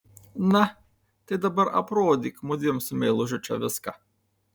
na tai dabar aprodyk mudviem su meilužiu čia viską